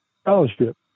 scholarship